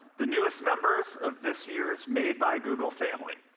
the newest members of this year's made by google family.